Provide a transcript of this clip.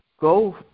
go